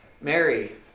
Mary